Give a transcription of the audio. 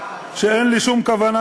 אתה האחרון שתגיד לי מה לעשות.